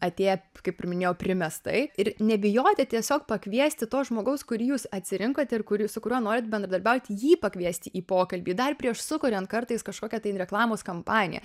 atėję kaip ir minėjau primestai ir nebijoti tiesiog pakviesti to žmogaus kurį jūs atsirinkot ir kuri su kuriuo norit bendradarbiauti jį pakviesti į pokalbį dar prieš sukuriant kartais kažkokią reklamos kampaniją